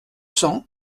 cents